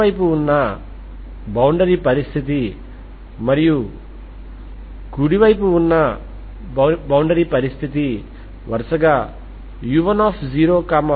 కాబట్టి bar over Ѱ కు ఎలాంటి అవసరం లేదు ఎందుకంటే ఇది ఇప్పటికే సెల్ఫ్అడ్ జాయింట్ రూపంలో ఉంది